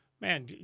man